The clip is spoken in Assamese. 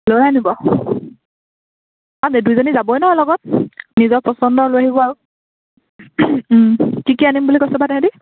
লৈ আনিব অঁ দে দুজনী যাবই ন লগত নিজৰ পচন্দ লৈ আহিব আৰু কি কি আনিম বুলি কৈছিলেবা সিহঁতি